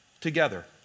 together